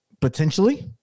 potentially